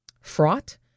fraught